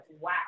Wow